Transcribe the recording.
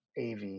AV